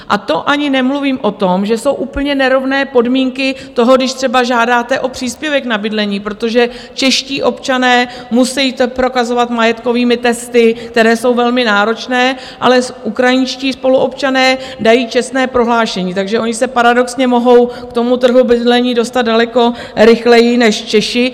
A to ani nemluvím o tom, že jsou úplně nerovné podmínky toho, když třeba žádáte o příspěvek na bydlení, protože čeští občané musejí to prokazovat majetkovými testy, které jsou velmi náročné, ale ukrajinští spoluobčané dají čestné prohlášení, takže oni se paradoxně mohou k trhu bydlení dostat daleko rychleji než Češi.